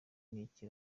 n’iki